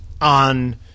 on